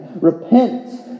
Repent